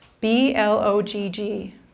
B-L-O-G-G